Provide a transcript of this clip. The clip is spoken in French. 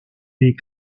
est